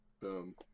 boom